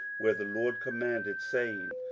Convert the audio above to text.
where the lord commanded, saying,